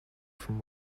from